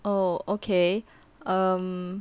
oh okay um